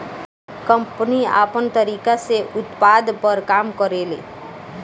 company आपन तरीका से उत्पाद पर काम करेले